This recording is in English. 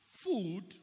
food